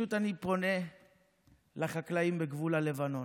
אני פשוט פונה לחקלאים בגבול הלבנון.